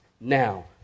now